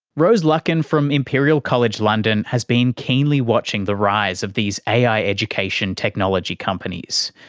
rose luckin from imperial college london has been keenly watching the rise of these ai education technology companies,